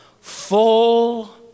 full